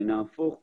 נהפוך הוא.